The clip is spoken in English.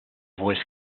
voice